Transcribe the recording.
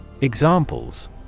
Examples